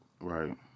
Right